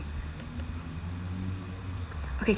okay